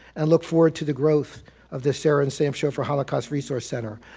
and look forward to the growth of the sara and sam schoffer holocaust resource center.